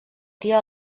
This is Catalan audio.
tia